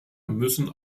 müssen